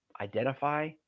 Identify